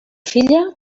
filla